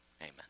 Amen